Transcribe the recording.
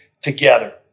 together